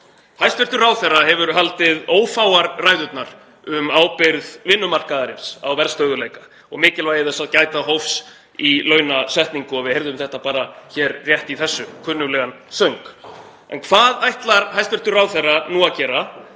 Hæstv. ráðherra hefur haldið ófáar ræðurnar um ábyrgð vinnumarkaðarins á verðstöðugleika og mikilvægi þess að gæta hófs í launasetningu og við heyrðum þetta bara hér rétt í þessu, kunnuglegan söng. En hvað ætlar hæstv. ráðherra að gera